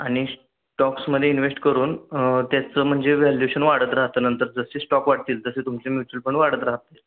आणि स्टॉक्समध्ये इन्व्हेस्ट करून त्याचं म्हणजे व्हॅल्युशन वाढत राहतं नंतर जसे स्टॉक वाढतील तसे तुमचे म्युटुल पंड वाढत राहतील